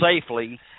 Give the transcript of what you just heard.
safely